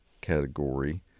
category